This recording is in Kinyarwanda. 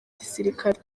gisirikare